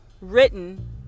written